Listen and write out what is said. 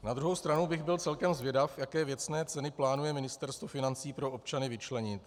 Na druhu stranu bych byl celkem zvědav, jaké věcné ceny plánuje ministerstvo financí pro občany vyčlenit.